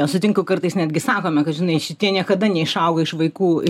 sutinku kartais netgi sakome kad žinai šitie niekada neišauga iš vaikų